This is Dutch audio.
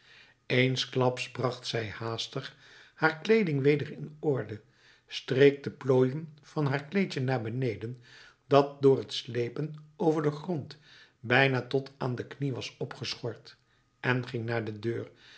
eensklaps bracht zij haastig haar kleeding weder in orde streek de plooien van haar kleedje naar beneden dat door het slepen over den grond bijna tot aan de knie was opgeschort en ging naar de deur